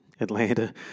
Atlanta